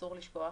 אסור לשכוח,